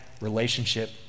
relationship